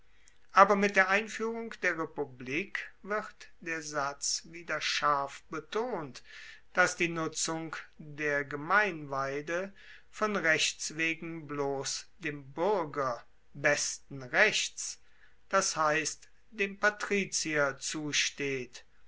aber mit der einfuehrung der republik wird der satz wieder scharf betont dass die nutzung der gemeinweide von rechts wegen bloss dem buerger besten rechts das heisst dem patrizier zusteht